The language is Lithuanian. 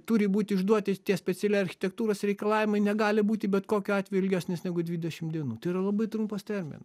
turi būt išduoti tie specialieji architektūros reikalavimai negali būti bet kokiu atveju ilgesnis negu dvidešim dienų tai yra labai trumpas terminas